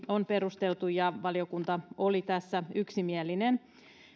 on perusteltu ja valiokunta oli tässä yksimielinen